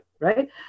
Right